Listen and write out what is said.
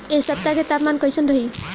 एह सप्ताह के तापमान कईसन रही?